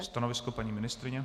Stanovisko paní ministryně?